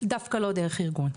דווקא לא דרך ארגון,